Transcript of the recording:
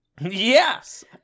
Yes